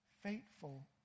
Faithful